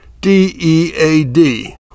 D-E-A-D